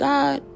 God